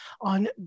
on